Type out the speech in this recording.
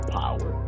power